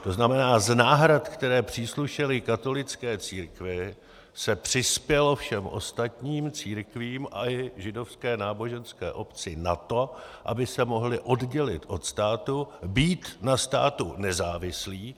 To znamená z náhrad, které příslušely katolické církvi, se přispělo všem ostatním církvím a i Židovské náboženské obci na to, aby se mohly oddělit od státu a být na státu nezávislé.